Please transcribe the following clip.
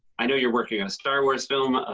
i know you're working on a star wars film.